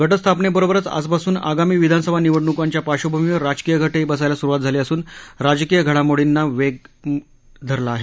घटस्थापनेबरोबरच आजपासून आगामी विधानसभा निवडणुकाच्या पार्बभूमीवर राजकीय घटही बसायलाही सुरुवात असून राजकीय घडामोर्डीनी वेग धरला आहे